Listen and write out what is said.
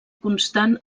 constant